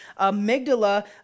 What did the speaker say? amygdala